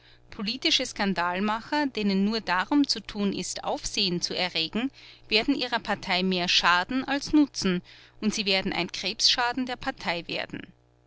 politische skandalmacher denen nur darum zu tun ist aufsehen zu erregen werden ihrer partei mehr schaden als nutzen und sie werden ein krebsschaden der partei werden